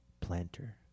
planter